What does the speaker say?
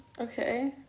okay